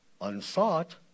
unsought